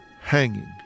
hanging